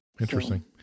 Interesting